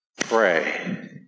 Pray